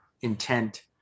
intent